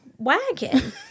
wagon